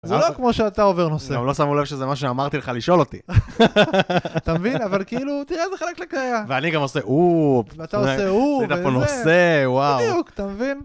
זה לא כמו שאתה עובר נושא. הם לא שמעו לב שזה מה שאמרתי לך לשאול אותי. אתה מבין? אבל כאילו, תראה איזה חלק לקריאה. ואני גם עושה, אווו. אתה עושה אווו, וזה, בדיוק, אתה מבין?